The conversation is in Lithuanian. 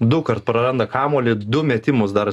dukart praranda kamuolį du metimus dar